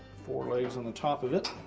four legs on the top of it.